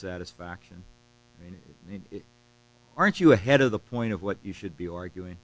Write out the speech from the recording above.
satisfaction in it aren't you ahead of the point of what you should be arguing